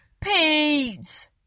Pete